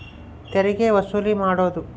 ತೆರಿಗೆ ವಸೂಲು ಮಾಡೋದು